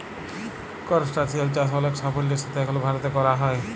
করসটাশিয়াল চাষ অলেক সাফল্যের সাথে এখল ভারতে ক্যরা হ্যয়